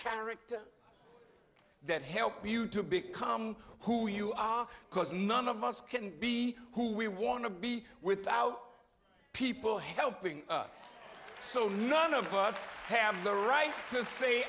character that help you to become who you are because none of us can be who we want to be without people helping us so none of us have the right to say